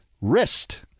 wrist